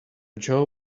jaw